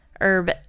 herb